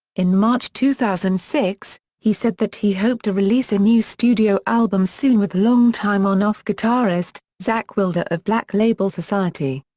in march two thousand and six, he said that he hoped to release a new studio album soon with long time on-off guitarist, zakk wylde ah of black label society.